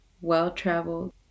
well-traveled